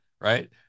right